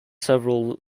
several